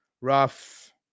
rough